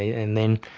and then